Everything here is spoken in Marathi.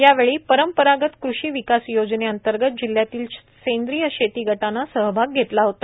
यावेळी परंपरागत कृषि विकास योजनेअंतर्गत जिल्ह्यातील सेंद्रिय शेती गटाने सहभाग घेतला होता